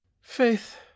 faith